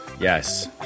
Yes